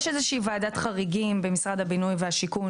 יש ועדת חריגים במשרד הבינוי והשיכון